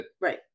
Right